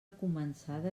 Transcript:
començada